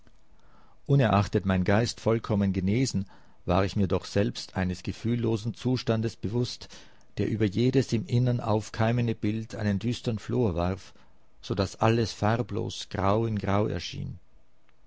unerachtet mein geist vollkommen genesen war ich mir doch selbst eines gefühllosen zustande bewußt der über jedes im innern aufkeimende bild einen düstern flor warf so daß alles farblos grau in grau erschien